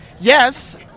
yes